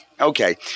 Okay